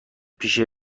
پیش